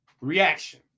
Reaction